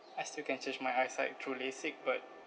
I still can change my eyesight through LASIK but